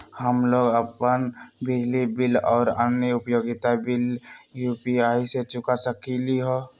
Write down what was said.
हम लोग अपन बिजली बिल और अन्य उपयोगिता बिल यू.पी.आई से चुका सकिली ह